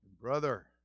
Brother